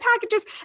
packages